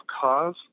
cause